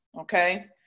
Okay